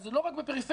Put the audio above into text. וזה לא רק בפריפריה,